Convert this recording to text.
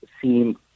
seem